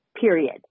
period